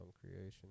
creation